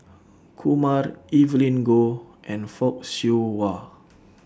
Kumar Evelyn Goh and Fock Siew Wah